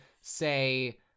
say